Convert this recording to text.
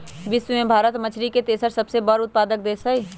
विश्व में भारत मछरी के तेसर सबसे बड़ उत्पादक देश हई